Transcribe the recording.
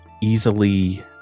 easily